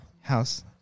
House